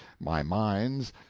my mines,